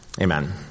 Amen